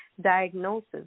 diagnosis